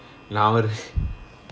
நா ஒரு:naa oru